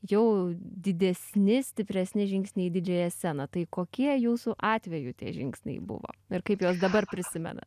jau didesni stipresni žingsniai didžiąją sceną tai kokie jūsų atveju tie žingsniai buvo ir kaip juos dabar prisimenat